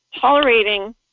tolerating